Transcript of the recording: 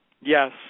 Yes